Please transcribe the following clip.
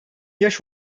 yaş